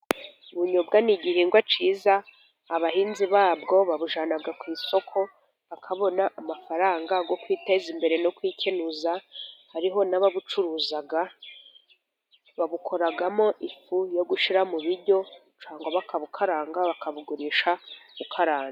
Ubunyobwa ni igihingwa cyiza, abahinzi babwo babujyana ku isoko bakabona amafaranga yo kwiteza imbere no kwikenuza, hariho n'ababucuruza, babukoramo ifu yo gushyira mu biryo cyangwa bakabukaranga, bakabugurisha bukaranze.